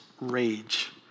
rage